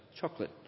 chocolate